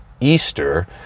Easter